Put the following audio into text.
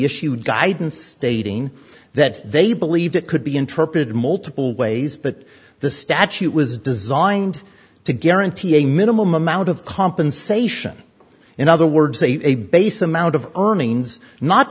shoot guidance stating that they believed it could be interpreted multiple ways but the statute was designed to guarantee a minimum amount of compensation in other words a base amount of earnings not